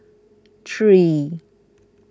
three